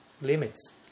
limits